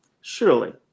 Surely